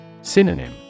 Synonym